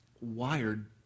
wired